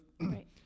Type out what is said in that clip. Right